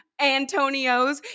Antonios